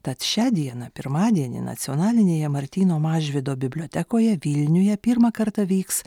tad šią dieną pirmadienį nacionalinėje martyno mažvydo bibliotekoje vilniuje pirmą kartą vyks